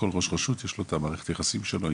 כל ראש רשות יש לו את המערכת יחסים שלו את המערכת יחסים שלו,